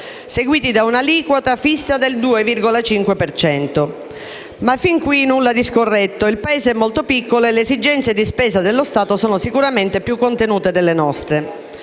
seguiti da una aliquota fissa del 2,5 per cento. Ma fin qui nulla di scorretto, poiché il Paese è molto piccolo e le esigenze di spesa dello Stato sono sicuramente più contenute delle nostre.